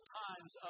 times